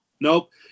nope